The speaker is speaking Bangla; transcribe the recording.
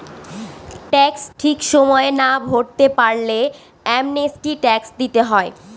ট্যাক্স ঠিক সময়ে না ভরতে পারলে অ্যামনেস্টি ট্যাক্স দিতে হয়